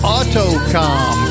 Autocom